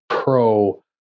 Pro